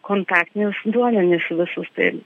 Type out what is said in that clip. kontaktinius duomenis visus tai